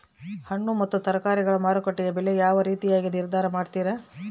ಹಣ್ಣು ಮತ್ತು ತರಕಾರಿಗಳ ಮಾರುಕಟ್ಟೆಯ ಬೆಲೆ ಯಾವ ರೇತಿಯಾಗಿ ನಿರ್ಧಾರ ಮಾಡ್ತಿರಾ?